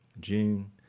June